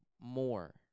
more